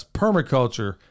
permaculture